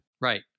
right